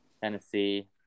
Tennessee